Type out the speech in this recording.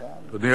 אדוני היושב-ראש,